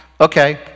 okay